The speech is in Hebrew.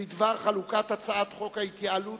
בדבר חלוקת הצעת חוק ההתייעלות